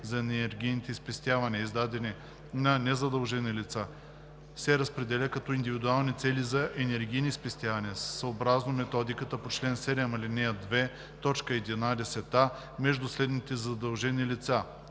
за енергийните спестявания, издадени на незадължени лица се разпределя като индивидуални цели за енергийни спестявания, съобразно методиката по чл. 7, ал. 2, т. 11а, между следните задължени лица:“